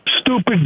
stupid